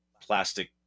plastic